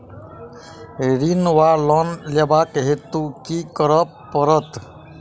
ऋण वा लोन लेबाक हेतु की करऽ पड़त?